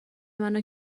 منو